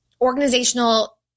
organizational